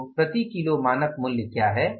तो प्रति किलो मानक मूल्य क्या है